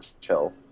chill